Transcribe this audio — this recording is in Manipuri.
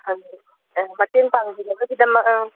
ꯃꯇꯦꯡ ꯄꯥꯡꯕꯤꯅꯕꯒꯤꯗꯃꯛ